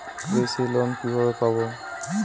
কৃষি লোন কিভাবে পাব?